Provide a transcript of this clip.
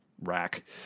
rack